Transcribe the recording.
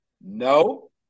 No